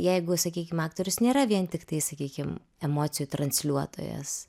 jeigu sakykim aktorius nėra vien tiktai sakykim emocijų transliuotojas